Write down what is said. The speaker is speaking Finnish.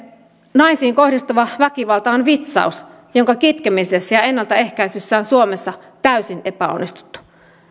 naisiin kohdistuva väkivalta on vitsaus jonka kitkemisessä ja ennaltaehkäisyssä on suomessa täysin epäonnistuttu